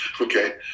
Okay